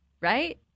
Right